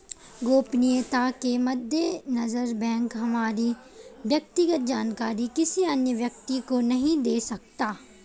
गोपनीयता के मद्देनजर बैंक हमारी व्यक्तिगत जानकारी किसी अन्य व्यक्ति को नहीं दे सकता